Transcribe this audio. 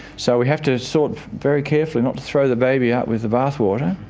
so we have to sort very carefully not to throw the baby out with the bathwater.